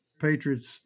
Patriots